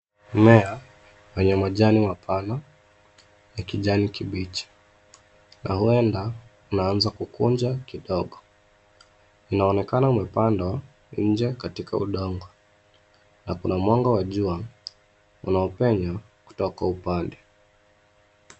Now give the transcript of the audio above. Mmea mwenye majani mapana ya kijani kibichi, na huenda unaanza kukunja kidogo. Unaonekana umepandwa nje katika udongo na kuna mwanga wa jua unaopenya kutoka upande.